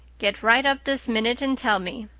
get right up this minute and tell me.